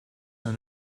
than